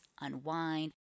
unwind